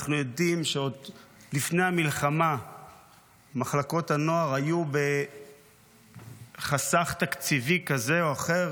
אנחנו יודעים שעוד לפני המלחמה מחלקות הנוער היו בחסך תקציבי כזה או אחר